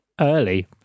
Early